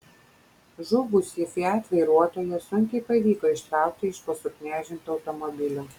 žuvusį fiat vairuotoją sunkiai pavyko ištraukti iš po suknežinto automobilio